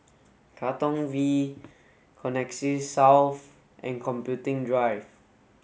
Katong V Connexis South and Computing Drive